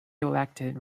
elected